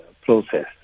process